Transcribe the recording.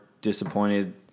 disappointed